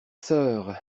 sœur